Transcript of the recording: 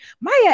maya